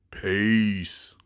Peace